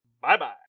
Bye-bye